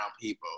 people